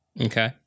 Okay